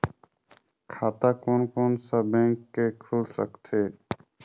खाता कोन कोन सा बैंक के खुल सकथे?